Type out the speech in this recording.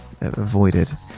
avoided